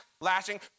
lashing